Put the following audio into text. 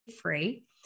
free